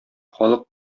халык